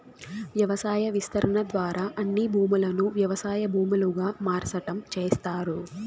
వ్యవసాయ విస్తరణ ద్వారా అన్ని భూములను వ్యవసాయ భూములుగా మార్సటం చేస్తారు